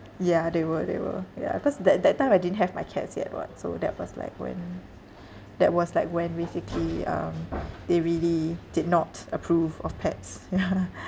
ya they were they were ya cause that that time I didn't have my cats yet [what] so that was like when that was like when basically um they really did not approve of pets yeah